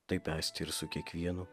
taip esti ir su kiekvienu